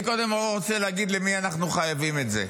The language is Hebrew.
אני קודם רוצה להגיד למי אנחנו חייבים את זה.